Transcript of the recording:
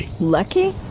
Lucky